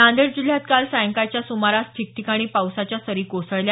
नांदेड जिल्ह्यात काल सायंकाळच्या सुमारास ठिकठिकाणी पावसाच्या सरी कोसळल्या